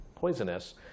poisonous